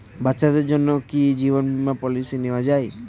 বাচ্চাদের জন্য কি জীবন বীমা পলিসি নেওয়া যায়?